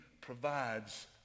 provides